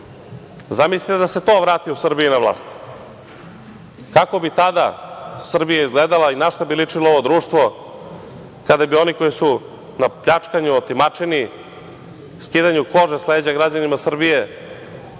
zamislite da se to vrati u Srbiji na vlast. Kako bi tada Srbija izgledala i na šta bi ličilo ovo društvo kada bi oni koji su na pljačkanju, otimačini, skidanju kože sa leđa građanima Srbije,